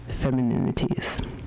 femininities